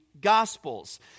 Gospels